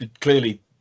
clearly